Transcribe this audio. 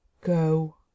go